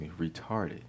retarded